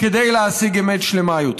כדי להשיג אמת שלמה יותר,